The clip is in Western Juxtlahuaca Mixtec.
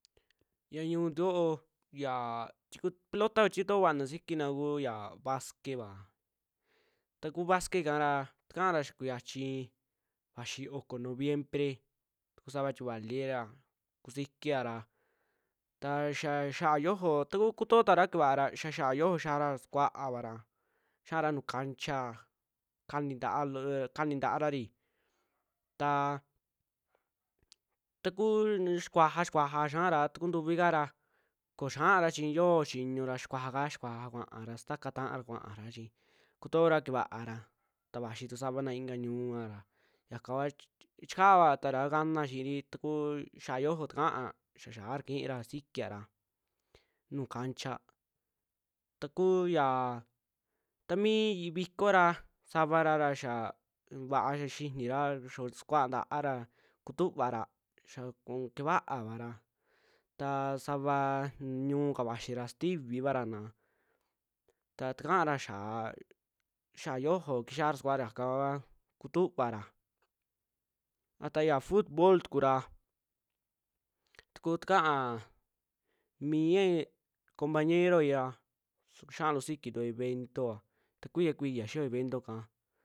Yaa ñu'untu yoo ya tiiku, pelota kutoo vaana kusikina ku yaa basquetva, ta kuu vaquet kara xikaara yaa kuyachii vaxii oko noviembre tukuu savaa tie valii ra kusikiaara, taxa xaa xiojo ta kuu kutoo takura kevaara xia xa'a xiojo kiyara sukuaavara, xiara nuu kancha kanintaa lo- o kanintaarari taa takuu xikuaja, xikuaja xiaara takuntuvi kaara ko xiaara chi yoo chiñura xikuaja ka, xikuaja stakaa taara kuaara chi kutoora kevaara, ta vayii tu savana inka ñu'u vara yaka kuaa chi- chikavatara gana xiiri, takuu xiaa xiojo takaa xia xiaara kiira sikiara nuju kancha, ta kuu ya ta mii viko ra savara yaa vuaa xinira saa kukuaa nta'ara kutuvaara xaku kevaavara, ta savaa ñu'uka vaxii raa xaa sitivivarana ta takaara xiaa xia'a xiojo kixiaara yakakua kutuvaara, a ta yaa futbol tukura tuku takaa miaai compañeroai ra xiaantu sisikintu eventovaa, ta kuiya, kuiya xiyoo evento kaa.